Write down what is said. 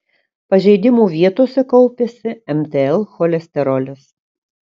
pažeidimų vietose kaupiasi mtl cholesterolis